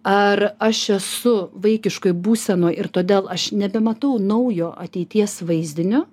ar aš esu vaikiškoj būsenoj ir todėl aš nebematau naujo ateities vaizdinio